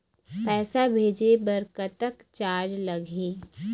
पैसा भेजे बर कतक चार्ज लगही?